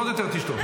עוד יותר תשתוק.